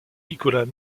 nicolas